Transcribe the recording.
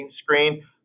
screen